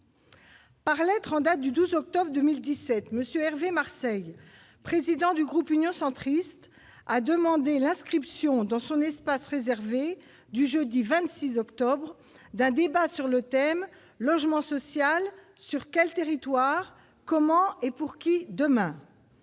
Par lettre en date du 12 octobre 2017 Monsieur Hervé Marseille, président du groupe Union centriste a demandé l'inscription dans son espace réservé du jeudi 26 octobre d'un débat sur le thème : Logement social sur quel territoire, comment et pour qui, demain, ce